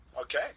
okay